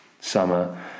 summer